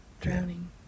drowning